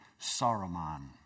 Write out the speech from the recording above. Saruman